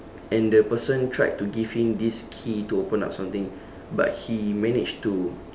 and the person tried to give him this key to open up something but he managed to